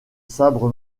sabre